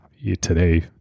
Today